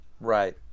Right